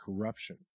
corruption